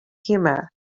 humor